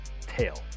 tail